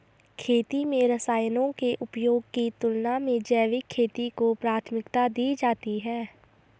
खेती में रसायनों के उपयोग की तुलना में जैविक खेती को प्राथमिकता दी जाती है